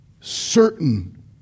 certain